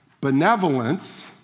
Benevolence